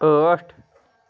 ٲٹھ